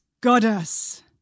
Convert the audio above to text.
Goddess